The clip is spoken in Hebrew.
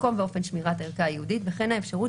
מקום ואופן שמירת הערכה הייעודית וכן האפשרות